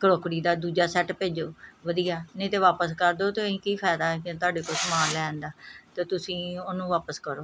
ਕਰੋਕੜੀ ਦਾ ਦੂਜਾ ਸੈੱਟ ਭੇਜੋ ਵਧੀਆ ਨਹੀਂ ਤਾਂ ਵਾਪਸ ਕਰ ਦਿਉ ਅਤੇ ਅਸੀਂ ਕੀ ਫਾਇਦਾ ਫੇਰ ਤੁਹਾਡੇ ਕੋਲੋਂ ਸਮਾਨ ਲੈਣ ਦਾ ਅਤੇ ਤੁਸੀਂ ਉਹਨੂੰ ਵਾਪਸ ਕਰੋ